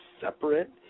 Separate